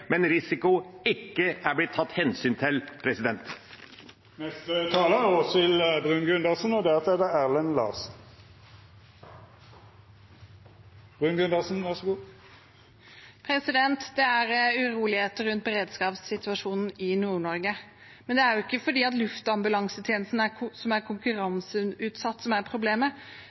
men hvor risiko ikke er blitt tatt hensyn til. Det er uroligheter rundt beredskapssituasjonen i Nord-Norge, men det er ikke det at luftambulansetjenesten er konkurranseutsatt, som er problemet.